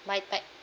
my